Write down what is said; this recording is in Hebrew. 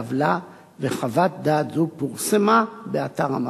בעוולה", וחוות דעת זו פורסמה באתר המחלקה.